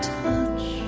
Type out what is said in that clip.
touch